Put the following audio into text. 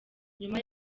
nyuma